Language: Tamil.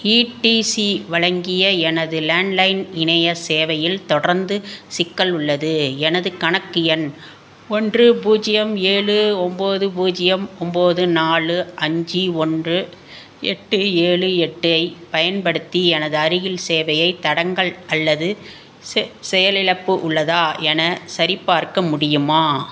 ஈடிசி வழங்கிய எனது லேண்ட்லைன் இணைய சேவையில் தொடர்ந்து சிக்கல் உள்ளது எனது கணக்கு எண் ஒன்று பூஜ்ஜியம் ஏழு ஒம்பது பூஜ்ஜியம் ஒம்பது நாலு அஞ்சு ஒன்று எட்டு ஏழு எட்டைப் பயன்படுத்தி எனது அருகில் சேவையைத் தடங்கல் அல்லது செ செயலிழப்பு உள்ளதா என சரிபார்க்க முடியுமா